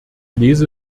lese